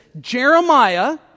jeremiah